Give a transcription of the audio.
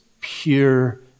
pure